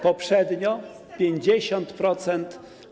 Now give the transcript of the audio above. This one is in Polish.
Poprzednio 50%.